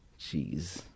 Jeez